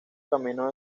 camino